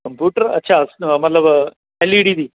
computer ਅੱਛਾ ਮਤਲਬ L E D ਦੀ